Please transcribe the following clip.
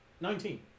Nineteen